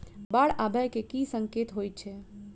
बाढ़ आबै केँ की संकेत होइ छै?